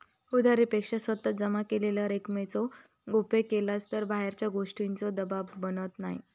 उधारी पेक्षा स्वतः जमा केलेल्या रकमेचो उपयोग केलास तर बाहेरच्या गोष्टींचों दबाव बनत नाय